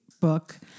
book